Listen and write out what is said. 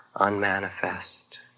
unmanifest